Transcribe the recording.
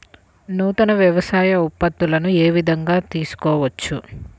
నూతన వ్యవసాయ ఉత్పత్తులను ఏ విధంగా తెలుసుకోవచ్చు?